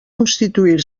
constituir